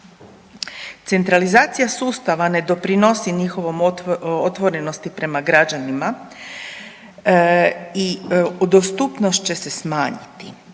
Centralizacija sustava ne doprinosi njihovoj otvorenosti prema građanima i dostupnost će se smanjiti.